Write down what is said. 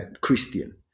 Christian